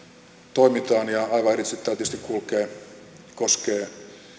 toimitaan ja aivan erityisesti tämä tietysti koskee